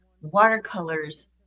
watercolors